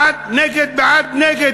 בעד, נגד, בעד, נגד.